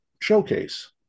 showcase